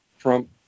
Trump